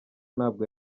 ntabwo